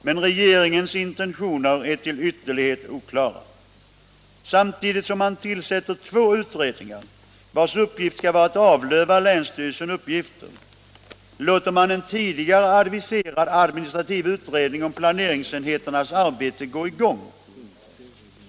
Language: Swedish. Men regeringens intentioner är till ytterlighet oklara. Samtidigt som man tillsätter två utredningar, vilkas uppgift skall vara att avlöva länsstyrelserna uppgifter, låter man en tidigare aviserad administrativ utredning om planeringsenheternas arbete gå i gång.